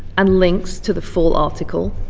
and links to the full article.